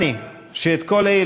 מכובדי,